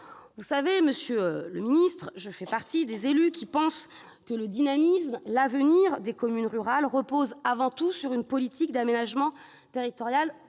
Vous le savez, monsieur le ministre, je fais partie des élus qui pensent que le dynamisme et l'avenir des communes rurales reposent avant tout sur une politique d'aménagement territorial